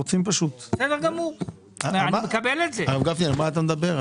הרב גפני, על מה אתה מדבר?